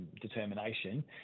determination